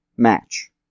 match